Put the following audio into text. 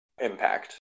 Impact